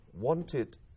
wanted